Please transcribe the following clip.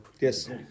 Yes